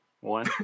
One